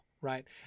Right